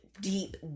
deep